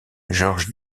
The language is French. georges